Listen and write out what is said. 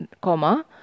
Comma